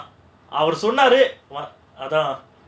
அவரு சொன்னாரு அதான்:avaru sonnaaru adhaan